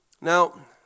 Now